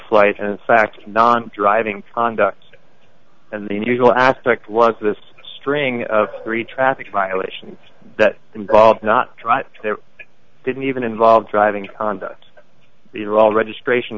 flight and in fact non driving conduct and the unusual aspect was this string of three traffic violations that involved not drive there didn't even involve driving conduct these are all registration